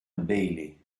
bailey